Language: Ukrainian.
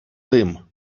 тим